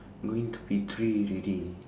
going to be three already